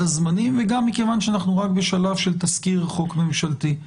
הזמנים וגם מכיוון שאנחנו בשלב של תסקיר חוק ממשלתי.